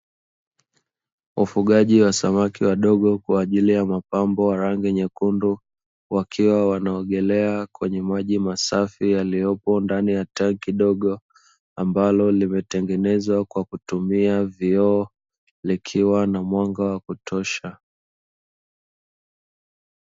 Ufugaji wa samaki wadogo kwa ajili ya mapambo wa rangi nyekundu, wakiwa wanaogelea kwenye maji masafi yaliyopo ndani ya tangi dogo, ambalo limetengenezwa kwa kutumia vioo likiwa lina mwanga wa kutosha.